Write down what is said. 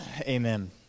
amen